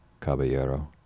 Caballero